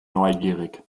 neugierig